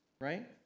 right